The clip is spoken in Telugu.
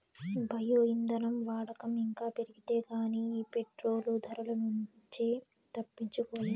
బయో ఇంధనం వాడకం ఇంకా పెరిగితే గానీ ఈ పెట్రోలు ధరల నుంచి తప్పించుకోలేం